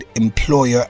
employer